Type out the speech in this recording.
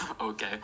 okay